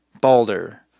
Balder